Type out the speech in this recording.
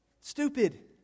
stupid